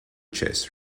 chess